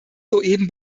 soeben